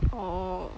orh